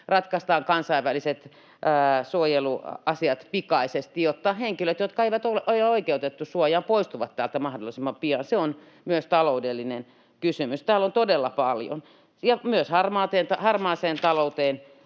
ratkaistaan kansainväliset suojeluasiat pikaisesti, jotta henkilöt, jotka eivät ole oikeutettuja suojaan, poistuvat täältä mahdollisimman pian. Se on myös taloudellinen kysymys. Täällä on todella paljon. Ja myös harmaaseen talouteen